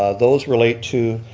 those relate to